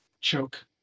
choke